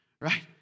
right